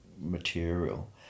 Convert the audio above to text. material